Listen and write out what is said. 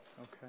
Okay